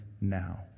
now